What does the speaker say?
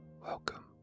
Welcome